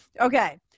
okay